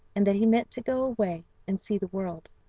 and that he meant to go away and see the world.